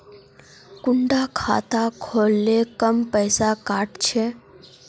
कुंडा खाता खोल ले कम पैसा काट छे?